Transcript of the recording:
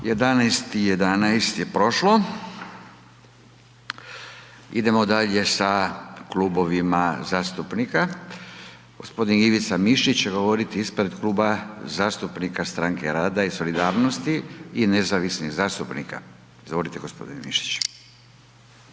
11,11 je prošlo idemo dalje sa klubovima zastupnika. Gospodin Ivica Mišić će govoriti ispred Kluba zastupnika Stranke rada i solidarnosti i nezavisnih zastupnika. Izvolite gospodine Mišić.